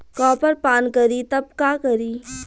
Copper पान करी तब का करी?